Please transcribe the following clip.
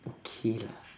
okay lah